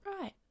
Right